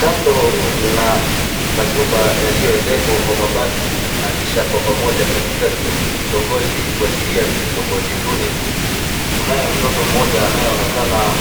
Kando na majumba yaliyoezekwa kwa mabati na kisha kwa pamoja katika kitongoji, kuashiria ni kitongoji duni. Kunaye mtoto moja anayeonekana